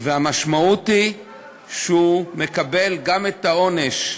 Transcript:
המשמעות היא שהוא מקבל גם את העונש,